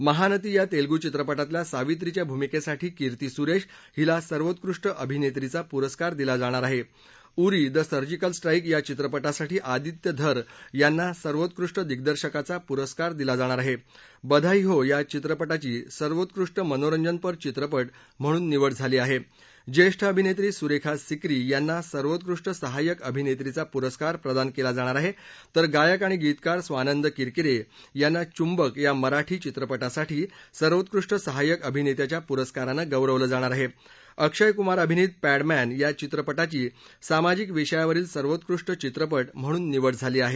महानती या तस्तिगू चित्रपटातल्या सावित्रीच्या भूमिक्साठी कीर्ती सुरधीहीला सर्वोत्कृष्ट अभिनक्षींचा पुरस्कार दिला जाणार आह ैउरी द सर्जिकल स्ट्राइक या चित्रपटासाठी अदित्य धर यांना सर्वोत्कृष्ट दिग्दर्शकाचा पुरस्कार दिला जाणार आह बधाई हो या चित्रपटाची सर्वोत्कृष्ट मनोरंजनपर चित्रपट म्हणून निवड झाली आह ऊ्यद्व अभिनक्षी सुरखी सिक्री यांना सर्वोत्कृष्ट सहाय्यक अभिनक्षीचा पुरस्कार प्रदान कला जाणार आहा तर गायक आणि गीतकार स्वानंद किरकिरखिना चुंबक या मराठी चित्रपटासाठी सर्वोत्कृष्ट सहाय्यक अभिनस्थिच्या पुरस्कारानं गौरवलं जाणार आह अक्षय कुमार अभिनित पद्धिती या चित्रपटाची सामजिक विषयावरील सर्वोत्कृष्ट चित्रपट म्हणून निवड झाली आह